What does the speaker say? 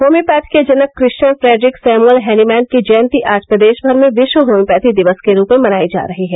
homeopathy के जनक Christian Friedrich Samuel Hahnemann की जयंती आज प्रदेश भर में विश्व होम्योपैथी दिवस के रूप में मनायी जा रही है